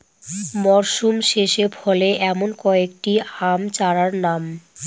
মরশুম শেষে ফলে এমন কয়েক টি আম চারার নাম?